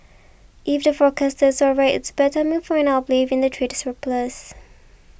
if the forecasters are right it's bad timing for an uplift in the trade surplus